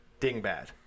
dingbad